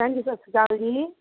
ਭੈਣ ਜੀ ਸਤਿ ਸ਼੍ਰੀ ਅਕਾਲ ਜੀ